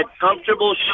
comfortable